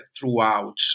throughout